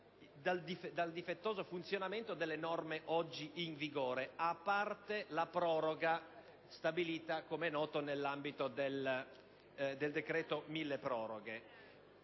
dal difettoso funzionamento delle norme oggi in vigore, a parte la proroga stabilita nell'ambito del decreto "milleproroghe".